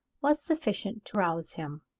was sufficient to rouse him.